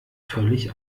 völlig